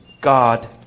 God